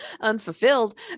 unfulfilled